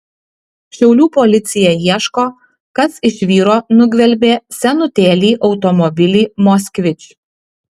šiaulių policija ieško kas iš vyro nugvelbė senutėlį automobilį moskvič